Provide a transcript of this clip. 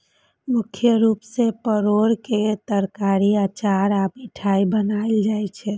मुख्य रूप सं परोर के तरकारी, अचार आ मिठाइ बनायल जाइ छै